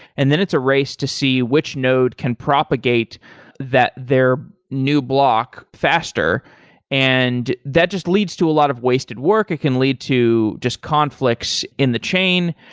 and then it's a race to see which node can propagate their new block faster and that just leads to a lot of wasted work. it can lead to just conflicts in the chain.